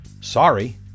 Sorry